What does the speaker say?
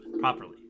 Properly